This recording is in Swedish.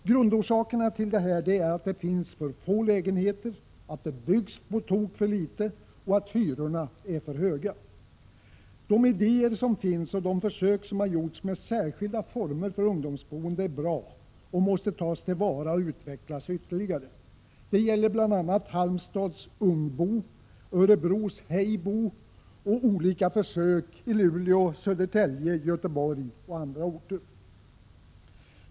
Grundorsakerna till detta är att det finns för få lägenheter, att det byggs på tok för litet och att hyrorna är för höga. De idéer som finns och de försök som har gjorts med särskilda former för ungdomsboende är bra och måste tas till vara och utvecklas ytterligare. Det gäller bl.a. Halmstads ”Ungbo”, Örebros ”Hejbo” och olika försök i Luleå, Södertälje, Göteborg och andra orter.